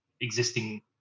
existing